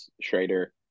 Schrader